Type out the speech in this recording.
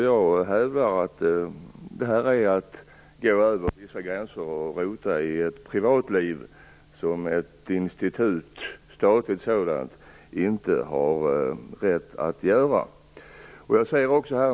Jag hävdar att man går över vissa gränser när man på detta sätt rotar i privatlivet och att ett statligt institut inte har rätt att göra något sådant.